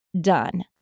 done